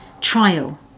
trial